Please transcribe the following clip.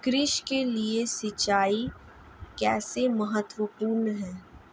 कृषि के लिए सिंचाई कैसे महत्वपूर्ण है?